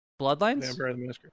Bloodlines